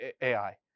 AI